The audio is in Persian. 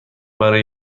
برای